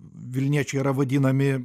vilniečiai yra vadinami